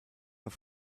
and